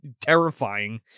terrifying